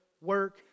work